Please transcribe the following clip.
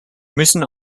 müssen